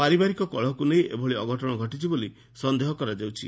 ପାରିବାରିକ କଳହକୁ ନେଇ ଏଭଳି ଅଘଟଣ ଘଟିଛି ବୋଲି ସନ୍ଦେହ କରାଯାଉଛି